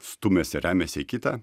stumiasi remiasi į kitą